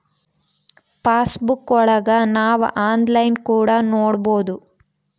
pass ಬುಕ್ಕಾ ಒಳಗ ನಾವ್ ಆನ್ಲೈನ್ ಕೂಡ ನೊಡ್ಬೋದು